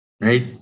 right